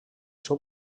seu